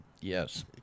Yes